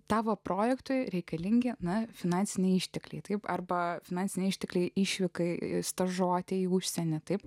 tavo projektui reikalingi na finansiniai ištekliai taip arba finansiniai ištekliai išvykai stažuotei į užsienį taip